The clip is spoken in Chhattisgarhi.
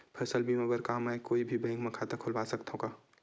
फसल बीमा बर का मैं कोई भी बैंक म खाता खोलवा सकथन का?